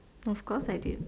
of course I do